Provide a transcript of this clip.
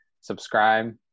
subscribe